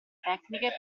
tecniche